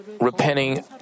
repenting